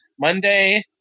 Monday